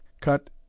cut